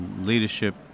leadership